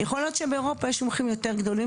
יכול להיות שבאירופה יש מומחים יותר גדולים,